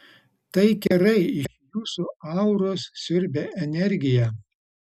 tai kerai iš jūsų auros siurbia energiją